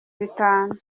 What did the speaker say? bitanu